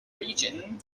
region